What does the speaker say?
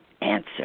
answer